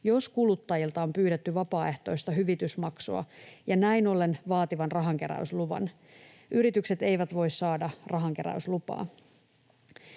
jos kuluttajilta on pyydetty vapaaehtoista hyvitysmaksua, ja näin ollen vaativan rahankeräysluvan. Yritykset eivät voi saada rahankeräyslupaa.